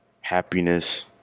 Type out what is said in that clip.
happiness